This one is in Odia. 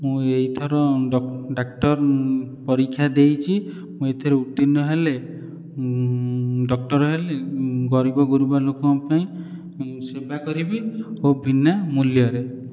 ମୁଁ ଏଇଥର ଡାକ୍ତର ପରୀକ୍ଷା ଦେଇଛି ମୁଁ ଏଥିରେ ଉତ୍ତୀର୍ଣ୍ଣ ହେଲେ ଡକ୍ଟର୍ ହେଲେ ଗରିବଗୁରୁବା ଲୋକଙ୍କ ପାଇଁ ସେବା କରିବି ଓ ବିନା ମୂଲ୍ୟରେ